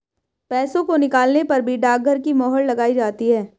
पैसों को निकालने पर भी डाकघर की मोहर लगाई जाती है